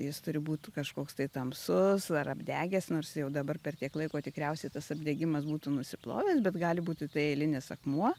jis turi būt kažkoks tamsus ar apdegęs nors jau dabar per tiek laiko tikriausiai tas apdegimas būtų nusiplovęs bet gali būti tai eilinis akmuo